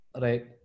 Right